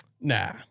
Nah